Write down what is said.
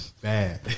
Bad